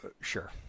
Sure